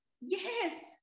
Yes